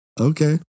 Okay